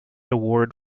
award